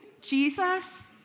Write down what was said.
Jesus